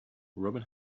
robin